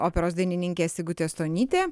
operos dainininkė sigutė stonytė